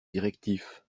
directif